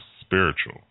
spiritual